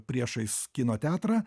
priešais kino teatrą